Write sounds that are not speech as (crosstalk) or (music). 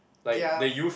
ya (noise)